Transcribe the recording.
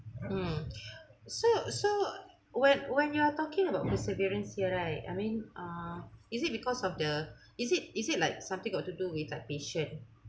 mm so so when when you're talking about perseverance here right I mean uh is it because of the is it is it like something got to do with like passion